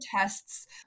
tests